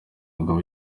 umugabo